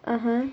(uh huh)